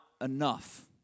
enough